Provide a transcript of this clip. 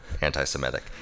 anti-Semitic